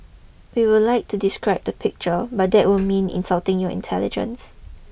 we would like to describe the picture but that would mean insulting your intelligence